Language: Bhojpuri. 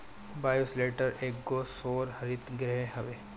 बायोशेल्टर एगो सौर हरितगृह हवे